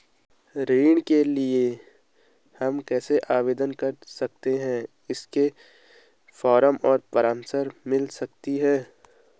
ऋण के लिए हम कैसे आवेदन कर सकते हैं इसके फॉर्म और परामर्श मिल सकती है?